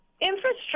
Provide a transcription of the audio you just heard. Infrastructure